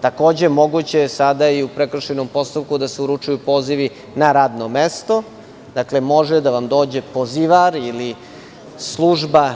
Takođe, moguće je sada i u prekršajnom postupku da se uručuju pozivi na radno mesto, dakle, može da vam dođe pozivar ili